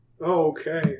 Okay